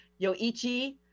Yoichi